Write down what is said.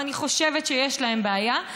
ואני חושבת שיש להן בעיה,